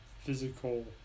physical